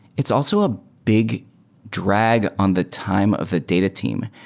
it's also a big drag on the time of a data team,